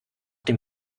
dem